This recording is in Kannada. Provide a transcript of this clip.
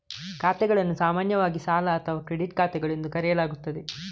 ಖಾತೆಗಳನ್ನು ಸಾಮಾನ್ಯವಾಗಿ ಸಾಲ ಅಥವಾ ಕ್ರೆಡಿಟ್ ಖಾತೆಗಳು ಎಂದು ಕರೆಯಲಾಗುತ್ತದೆ